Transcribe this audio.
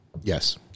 Yes